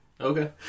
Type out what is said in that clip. Okay